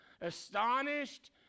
astonished